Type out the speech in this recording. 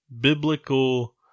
biblical